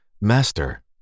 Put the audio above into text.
Master